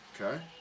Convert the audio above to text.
Okay